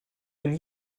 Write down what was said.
wenn